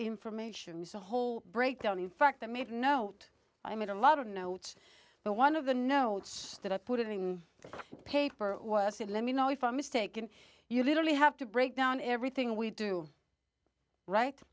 information it's a whole breakdown in fact that made note i made a lot of notes but one of the notes that i put it in the paper was it let me know if i'm mistaken you literally have to break down everything we do right